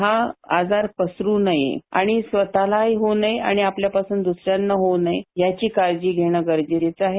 हा आजार पसरु नये आणि स्वतलाही होऊ नये आणि आपल्या पासून दसऱ्यांना होऊ नये याची काळजी घेण गरजेचं आहे